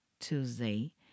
tuesday